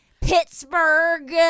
Pittsburgh